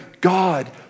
God